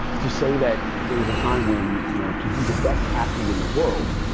to say that there was a time when, you know, to be the best athlete in the world,